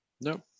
No